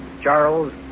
Charles